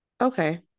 Okay